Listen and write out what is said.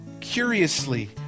curiously